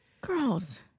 girls